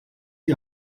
die